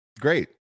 great